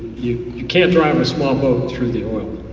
you you can't drive a small boat through the oil.